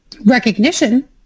recognition